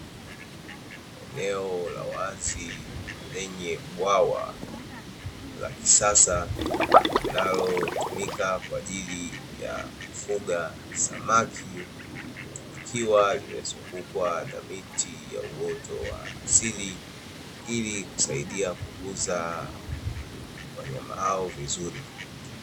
Eneo la wazi lenye bwawa la kisasa, linalotumika kwa ajili ya kufuga samaki. Likiwa limezungukwa na miti ya uoto wa asili, ili kusaidia kukuza wanyama hao vizuri.